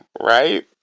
right